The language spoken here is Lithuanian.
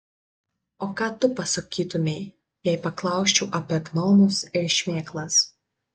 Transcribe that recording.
o ką tu pasakytumei jei paklausčiau apie gnomus ir šmėklas